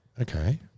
Okay